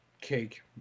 cake